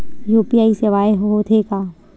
UPI सेवाएं हो थे का?